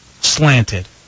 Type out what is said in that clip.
slanted